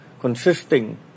consisting